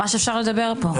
ממש אפשר לדבר פה.